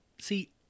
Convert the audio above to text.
See